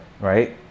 right